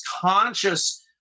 conscious